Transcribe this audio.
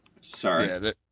sorry